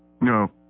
No